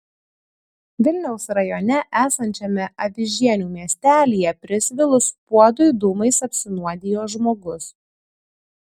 vilniaus rajone esančiame avižienių miestelyje prisvilus puodui dūmais apsinuodijo žmogus